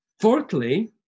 fourthly